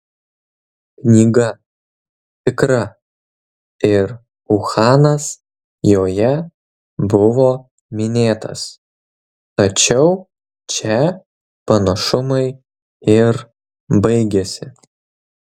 knyga tikra ir uhanas joje buvo minėtas tačiau čia panašumai ir baigiasi